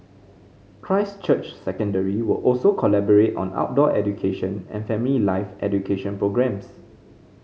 Christ Church Secondary will also collaborate on outdoor education and family life education programmes